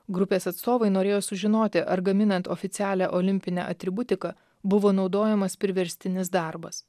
grupės atstovai norėjo sužinoti ar gaminant oficialią olimpinę atributiką buvo naudojamas priverstinis darbas